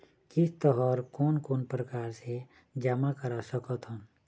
किस्त हर कोन कोन प्रकार से जमा करा सकत हन?